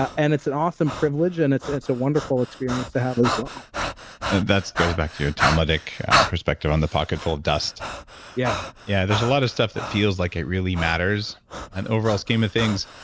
ah and it's an awesome privilege and it's it's a wonderful experience to have as well that goes back to your thematic perspective on the pocket full of dust yeah yeah. there's a lot of stuff that feels like it really matters in and overall scheme of things.